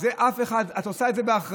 את עושה את זה באחריות.